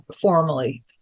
formally